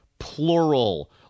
plural